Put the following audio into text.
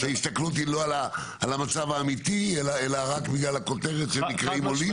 שההסתכלות היא לא על המצב האמיתי אלא רק בגלל הכותרת שהם נקראים עולים?